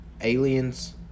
aliens